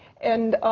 and